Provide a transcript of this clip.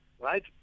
Right